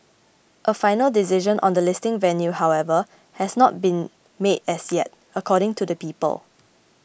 a final decision on the listing venue however has not been made as yet according to the people